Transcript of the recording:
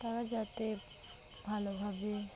তারা যাতে ভালোভাবে